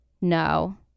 no